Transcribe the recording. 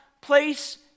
place